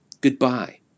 Goodbye